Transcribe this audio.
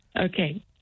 Okay